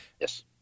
Yes